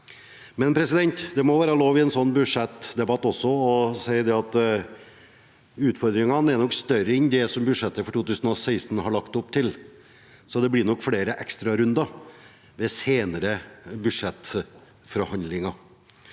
må det også være lov til å si at utfordringene nok er større enn det som budsjettet for 2016 har lagt opp til, så det blir nok flere ekstrarunder ved senere budsjettforhandlinger.